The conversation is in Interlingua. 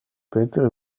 peter